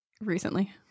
recently